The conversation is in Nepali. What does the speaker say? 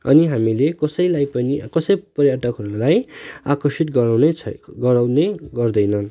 अनि हामीले कसैलाई पनि कसै पर्यटकहरूलाई आकर्षित गराउने छै गराउने गर्दैन